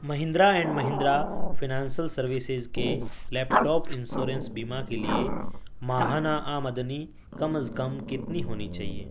Mahindra and Mahindra financial services کے laptop insurance بیمہ کے لیے ماہانہ آمدنی کم از کم کتنی ہونی چاہیے